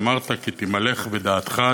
ואמרת כי תימלך בדעתך,